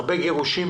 הרבה גירושים